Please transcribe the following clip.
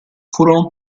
furono